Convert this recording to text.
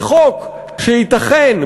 וחוק שייתכן,